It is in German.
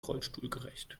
rollstuhlgerecht